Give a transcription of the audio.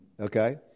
Okay